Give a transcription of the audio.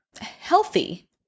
healthy